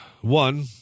One